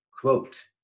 Quote